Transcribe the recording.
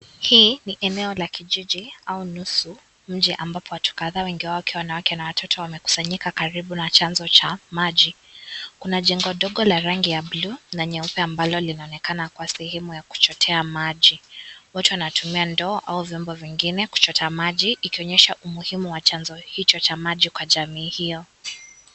Hii ni eneo la kijiji au nusu nje ambapo watu kadhaa wengi wao ikiwa wanawake na watoto wamekusanyika karibu na chanzo cha maji. Kuna jengo dogo la rangi ya bluu na nyeupe ambalo linaonekana kuwa sehemu ya kuchotea maji. Watu wanatumia ndoo au vyombo vingine kuchotea maji ikionyesha umuhimu wa chanzo hicho cha maji kwa jamii hio.